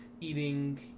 eating